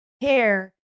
Hair